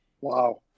Wow